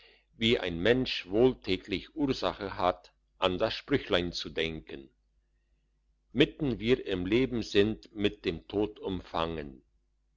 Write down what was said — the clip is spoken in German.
wie ein mensch wohl täglich ursache hat an das sprüchlein zu denken mitten wir im leben sind mit dem tod umfangen